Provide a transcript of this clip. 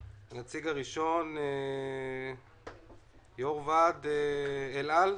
תודה, שרון בן יצחק, יו"ר מועצת עובדי אל על.